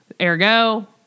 Ergo